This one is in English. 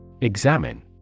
Examine